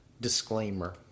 Disclaimer